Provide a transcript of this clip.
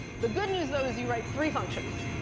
the good news, though, is you write three functions.